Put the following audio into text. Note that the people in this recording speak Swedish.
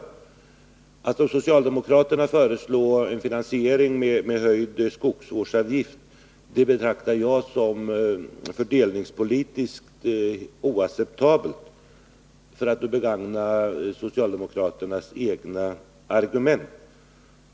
É Att som socialdemokraterna föreslå en finansiering med höjd skogsvårdsavgift betraktar jag som fördelningspolitiskt oacceptabelt — för att begagna socialdemokraternas eget argument.